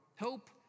hope